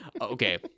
Okay